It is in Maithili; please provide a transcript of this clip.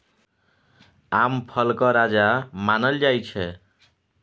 आम फलक राजा मानल जाइ छै